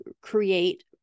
create